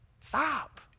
Stop